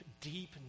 deep